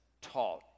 taught